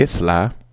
Isla